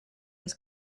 was